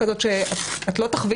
לאו דווקא